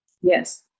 Yes